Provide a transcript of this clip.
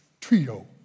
trio